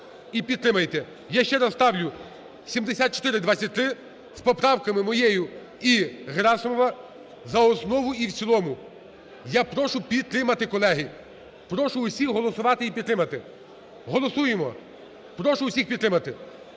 Я ще раз ставлю 7423 з поправками моєю і Герасимова за основу і в цілому. Я прошу підтримати, колеги, прошу всіх голосувати і підтримати. Голосуємо. Прошу всіх підтримати.